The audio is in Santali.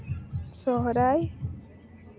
ᱥᱚᱨᱦᱟᱭ